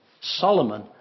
Solomon